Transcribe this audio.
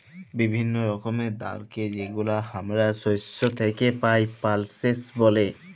বিভিল্য রকমের ডালকে যেগুলা হামরা শস্য থেক্যে পাই, পালসেস ব্যলে